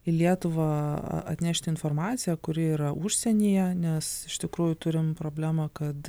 į lietuvą atnešti informaciją kuri yra užsienyje nes iš tikrųjų turim problemą kad